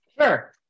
sure